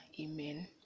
amen